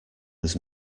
was